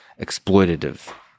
exploitative